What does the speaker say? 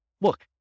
look